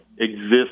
exist